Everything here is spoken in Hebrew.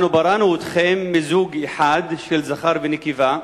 אנו בראנו אתכם מזוג אחד של זכר ונקבה,